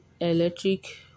electric